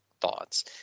thoughts